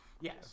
Yes